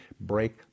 break